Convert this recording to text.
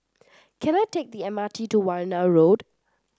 can I take the M R T to Warna Road